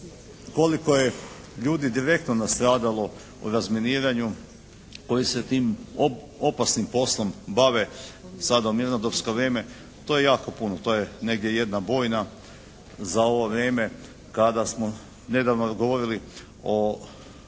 koliko je ljudi direktno nastradalo u razminiranju koji se tim opasnim poslom bave sada u mirnodopsko vrijeme to je jako puno, to je negdje jedna bojna za ovo vrijeme. Kada smo nedavno govorili o